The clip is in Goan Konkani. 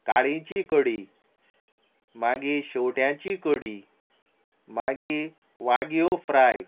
काळीची कडी मागी शेवट्यांची कडी मागी वाग्यो फ्राय